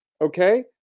Okay